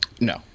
No